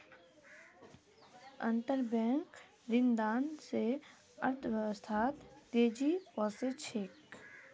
अंतरबैंक ऋणदान स अर्थव्यवस्थात तेजी ओसे छेक